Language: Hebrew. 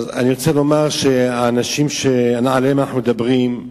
אז אני רוצה לומר שהאנשים שעליהם אנחנו מדברים,